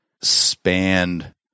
spanned